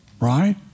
right